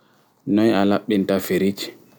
Noi a laɓɓinta friɗge